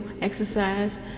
exercise